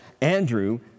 Andrew